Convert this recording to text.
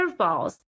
curveballs